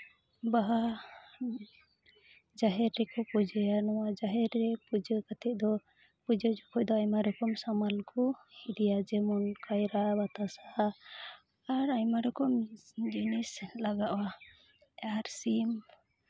ᱵᱟᱦᱟ ᱡᱟᱦᱮᱨ ᱨᱮᱠᱚ ᱯᱩᱡᱟᱹᱭᱟ ᱱᱚᱣᱟ ᱡᱟᱦᱮᱨ ᱨᱮ ᱯᱩᱡᱟᱹ ᱠᱟᱛᱮᱫ ᱫᱚ ᱯᱩᱡᱟᱹ ᱡᱚᱠᱷᱚᱱ ᱫᱚ ᱟᱭᱢᱟ ᱨᱚᱠᱚᱢ ᱥᱟᱢᱟᱱ ᱠᱚ ᱤᱫᱤᱭᱟ ᱡᱮᱢᱚᱱ ᱠᱟᱭᱨᱟ ᱵᱟᱛᱟᱥᱟ ᱟᱨ ᱟᱭᱢᱟ ᱨᱚᱠᱚᱢ ᱡᱤᱱᱤᱥ ᱞᱟᱜᱟᱜᱼᱟ ᱟᱨ ᱥᱤᱢ